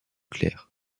clair